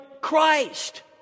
Christ